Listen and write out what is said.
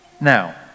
Now